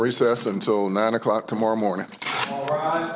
recess until nine o'clock tomorrow morning o